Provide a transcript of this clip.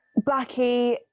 Blackie